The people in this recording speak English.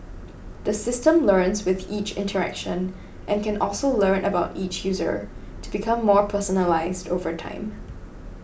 the system learns with each interaction and can also learn about each user to become more personalised over time